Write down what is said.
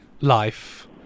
life